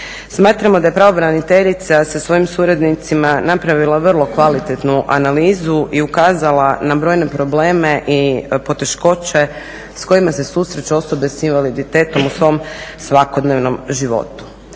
Smatramo da je pravobraniteljca sa svojim suradnicima napravila vrlo kvalitetnu analizu i ukazala na brojne probleme i poteškoće s kojima se susreću osobe sa invaliditetom u svom svakodnevnom životu.